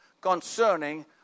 concerning